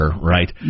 Right